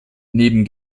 neben